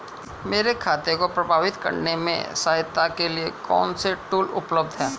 मेरे खाते को प्रबंधित करने में सहायता के लिए कौन से टूल उपलब्ध हैं?